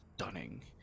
stunning